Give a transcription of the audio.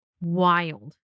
wild